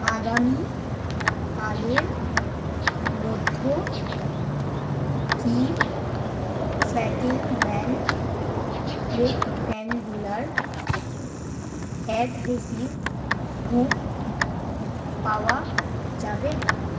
আগামীকালের মধ্য কি ফ্যাকেলম্যান রেক্ট্যাঙ্গুলার আ্যডহেসিভ হুক পাওয়া যাবে